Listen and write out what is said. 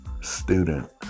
student